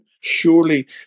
Surely